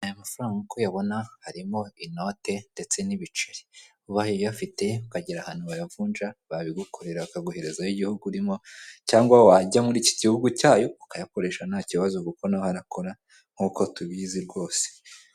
Aya mafaranga uko uyabona harimo inote ndetse n'ibiceri, ubaye uyafite ukagera ahantu bayavunja barabigukorera bakaguhereza ay' igihugu urimo, cyangwa wajya mu iki gihugu cyayo, ukayakoresha nta kibazo, kuko naho harakora nk'uko tubizi rwose.